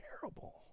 terrible